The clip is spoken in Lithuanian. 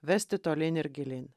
vesti tolyn ir gilyn